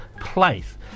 place